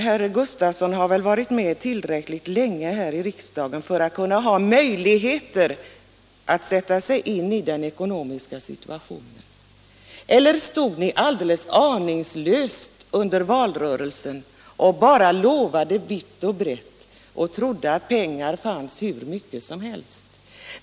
Herr Gustavsson har väl varit med tillräckligt länge här i riksdagen för att ha möjlighet att sätta sig in i den ekonomiska situationen? Eller stod ni alldeles aningslösa under valrörelsen och bara lovade vitt och brett och trodde att pengar fanns hur mycket som helst?